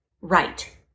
Right